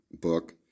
book